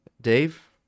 Dave